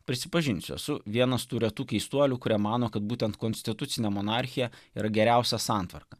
prisipažinsiu esu vienas tų retų keistuolių kurie mano kad būtent konstitucinė monarchija ir geriausia santvarka